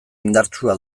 indartsua